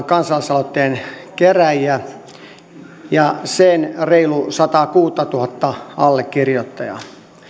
kansalaisaloitteen kerääjiä ja sen reilua sataakuuttatuhatta allekirjoittajaa